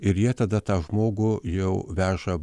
ir jie tada tą žmogų jau veža